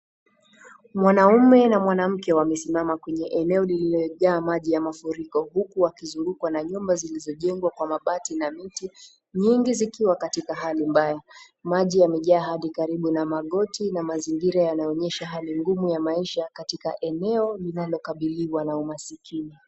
Mwanaume na mwanamke wamesimama kwenye eneo lililojaa maji ya mafuriko . Huku wakizungukwa na nyumba zilizojengwa kwa mabati na miti , nyingi zikiwa katikati hali mbaya. Maji yamejaa hadi kwenye magoti na mazingira inaonyesha hali ngumu ya maisha katika eneo linalokabiliwa na umasikini.